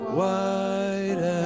white